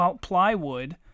plywood